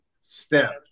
step